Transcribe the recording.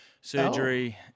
surgery